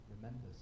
remembers